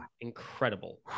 incredible